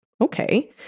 Okay